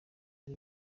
ari